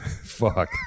Fuck